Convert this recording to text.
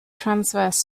transverse